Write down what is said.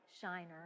shiner